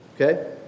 Okay